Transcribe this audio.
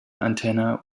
antenna